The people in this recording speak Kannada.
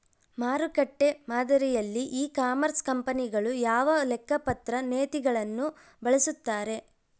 ಮಾರುಕಟ್ಟೆ ಮಾದರಿಯಲ್ಲಿ ಇ ಕಾಮರ್ಸ್ ಕಂಪನಿಗಳು ಯಾವ ಲೆಕ್ಕಪತ್ರ ನೇತಿಗಳನ್ನು ಬಳಸುತ್ತಾರೆ?